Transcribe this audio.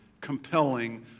compelling